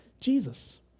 Jesus